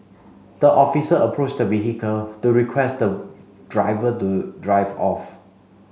the officer approached the vehicle to request the driver to drive off